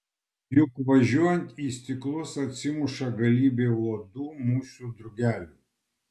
juk važiuojant į stiklus atsimuša galybė uodų musių drugelių